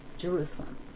Jerusalem